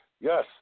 Yes